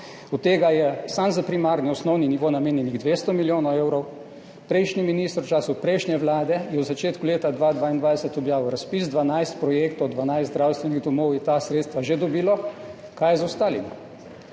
Od tega je samo za primarni osnovni nivo namenjenih 200 milijonov evrov. Prejšnji minister v času prejšnje vlade je v začetku leta 2022 objavil razpis, 12 projektov, 12 zdravstvenih domov je ta sredstva že dobilo, kaj je z ostalimi?